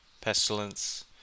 pestilence